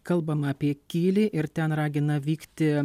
kalbama apie kylį ir ten ragina vykti